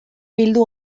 bildu